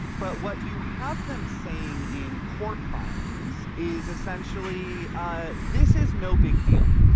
but what you have them saying in court filings is essentially ah this is no big deal.